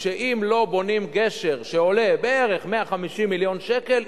שאם לא בונים גשר שעולה בערך 150 מיליון שקל,